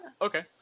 Okay